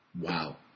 Wow